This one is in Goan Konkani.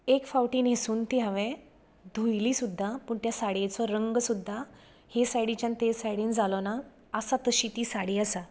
एक फावटी न्हेसून ती धुयली सुद्दां पूण त्या साडयेचो रंग सुद्दां ही सायडीच्यान तें सायडीन जालोना आसा तशीं ती साडी आसा